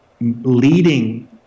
leading